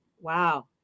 wow